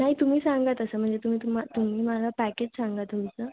नाही तुम्ही सांगा तसं म्हणजे तुम्ही तुमा तुम्ही मला पॅकेज सांगा तुमचं